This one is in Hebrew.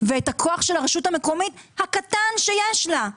ואת הכוח הקטן שיש לרשות המקומית.